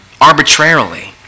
arbitrarily